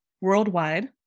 worldwide